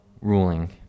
ruling